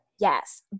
Yes